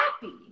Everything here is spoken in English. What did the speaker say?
happy